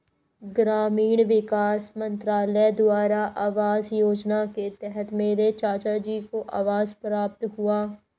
ग्रामीण विकास मंत्रालय द्वारा आवास योजना के तहत मेरे चाचाजी को आवास प्राप्त हुआ